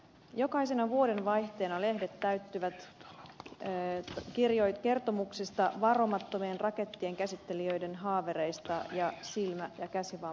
jokaisena vuodenvaihteena lehdet täyttyvät kertomuksista varomattomien rakettien käsittelijöiden haavereista ja silmä ja käsivammoista